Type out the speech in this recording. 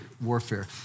warfare